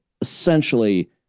essentially